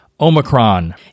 Omicron